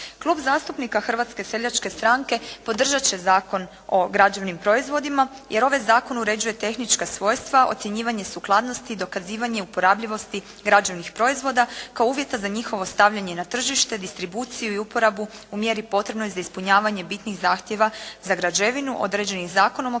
Klub zastupnika Hrvatske seljačke stranke podržati će Zakon o građevnim proizvodima jer ovaj zakon uređuje tehnička svojstva, ocjenjivanje sukladnosti, dokazivanje uporabljivosti građevnih proizvoda kao uvjeta za njihovo stavljanje na tržište, distribuciju i uporabu u mjeri potrebnoj za ispunjavanje bitnih zahtjeva za građevinu određenih Zakonom o prostornom